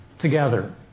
together